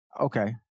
Okay